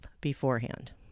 beforehand